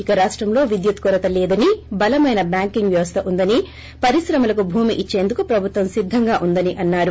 ఇక రాష్టంలో విద్యుత్ కొరత లేదనీ బలమైన బ్యాంకింగ్ వ్యవస్ద ఉందని పరిశ్రమలకు భూమి ఇచ్చేందుకు ప్రభుత్వం సిద్దంగా ఉందని అన్నారు